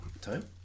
time